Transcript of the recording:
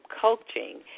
coaching